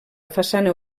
façana